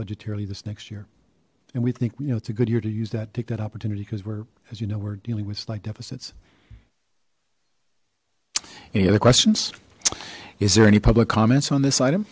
budgetarily this next year and we think we know it's a good year to use that take that opportunity because we're as you know we're dealing with slight deficits any other questions is there any public comments on this item